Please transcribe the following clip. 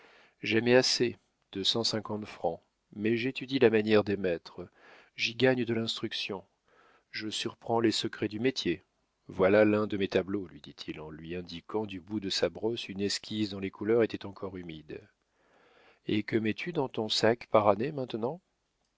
jamais assez deux cent cinquante francs mais j'étudie la manière des maîtres j'y gagne de l'instruction je surprends les secrets du métier voilà l'un de mes tableaux lui dit-il en lui indiquant du bout de sa brosse une esquisse dont les couleurs étaient encore humides et que mets tu dans ton sac par année maintenant